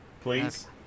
please